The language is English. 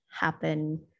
happen